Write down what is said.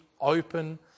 open